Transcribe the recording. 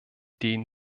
den